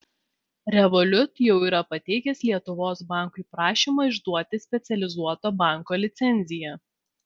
revolut jau yra pateikęs lietuvos bankui prašymą išduoti specializuoto banko licenciją